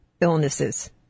illnesses